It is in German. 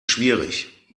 schwierig